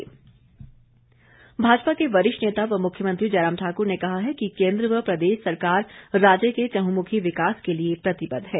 जयराम भाजपा के वरिष्ठ नेता व मुख्यमंत्री जयराम ठाक्र ने कहा है कि केन्द्र व प्रदेश सरकार राज्य के चहुंमुखी विकास के लिए प्रतिबद्ध है